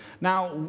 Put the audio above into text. Now